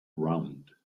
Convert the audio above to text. round